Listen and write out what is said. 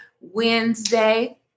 Wednesday